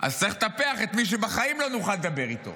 אז צריך לטפח את מי שבחיים לא נוכל לדבר איתו,